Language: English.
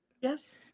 yes